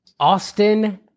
Austin